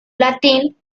latín